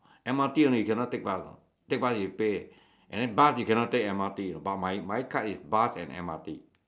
M_R_T only cannot take bus take bus you pay and than bus you cannot take M_R_T but my my card is bus and M_R_T